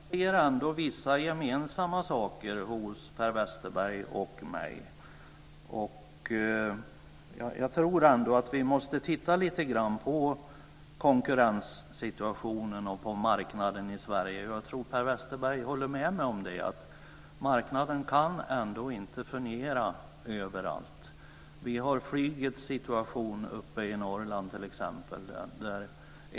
Fru talman! Jag ser ändå vissa gemensamma saker hos Per Westerberg och mig. Jag tror att vi måste titta lite grann på konkurrenssituationen och marknaden i Sverige. Det tror jag att Per Westerberg håller med mig om. Marknaden kan ändå inte fungera överallt. Vi har t.ex. flygets situation uppe i Norrland.